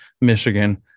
Michigan